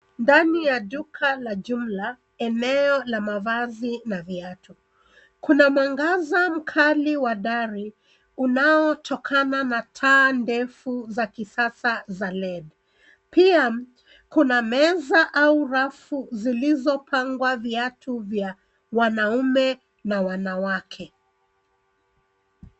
Ndani ya duka la jumla eneo la mavazi na viatu. Kuna mwangaza mkali wa dari unaotokana na taa ndefu za kisasa za lead pia kuna meza au rafu zilizopangwa viatu vya wanaume na wanawake.